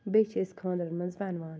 بیٚیہِ چھِ أسۍ خانٛدرَن مَنٛز وَنوان